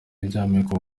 ishamikiye